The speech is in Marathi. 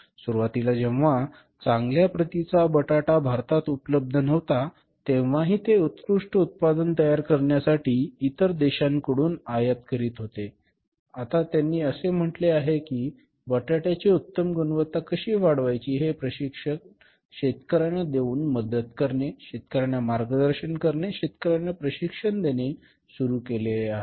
सुरुवातीला जेव्हा चांगल्या प्रतीचा बटाटा भारतात उपलब्ध नव्हता तेव्हाही ते उत्कृष्ट उत्पादन तयार करण्यासाठी इतर देशांकडून आयात करीत होते आता त्यांनी असे म्हटले आहे की बटाट्यांची उत्तम गुणवत्ता कशी वाढवायची हे प्रशिक्षण शेतकऱ्यांना देऊन मदत करणे शेतकऱ्यांना मार्गदर्शन करणे शेतकर्यांना प्रशिक्षण देणे सुरू केले आहे